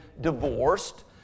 divorced